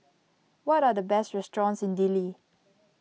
what are the best restaurants in Dili